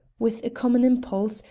with a common impulse,